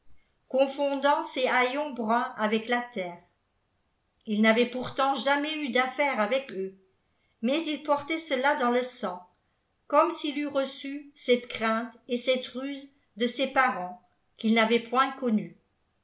confondant ses haillons bruns avec la terre ii n'avait pourtant jamais eu d'affaires avec eux mais il portait cela dans le sang comme s'il eût reçu cette crainte et cette ruse de ses parents qu'il n'avait point connus